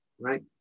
right